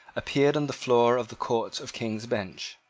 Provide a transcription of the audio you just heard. appeared on the floor of the court of king's bench.